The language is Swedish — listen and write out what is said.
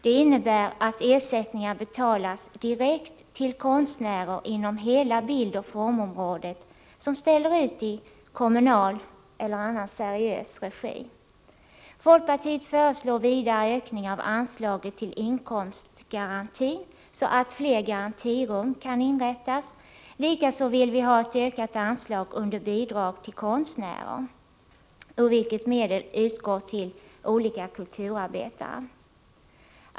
Det innebär att ersättningar betalas direkt till konstnärer inom hela bildoch formområdet som ställer ut i kommunal eller annan seriös regi. Folkpartiet föreslår vidare ökning av anslaget till inkomstgarantin, så att fler garantirum kan inrättas. Likaså vill vi ha ett ökat anslag under Bidrag till konstnärer — ur det anslaget utgår medel till olika kulturarbetare.